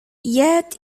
yet